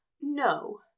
no